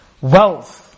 Wealth